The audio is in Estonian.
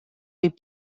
viib